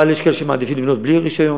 אבל יש כאלה שמעדיפים לבנות בלי רישיון,